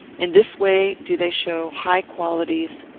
in this way do they show high qualities,